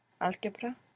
Algebra